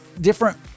different